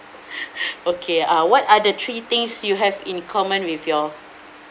okay uh what are the three things you have in common with your